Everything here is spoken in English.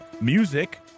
music